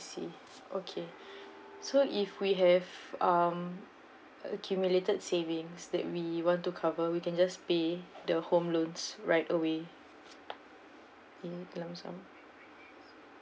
I see okay so if we have um accumulated savings that we want to cover we can just pay the home loans right away in lump sum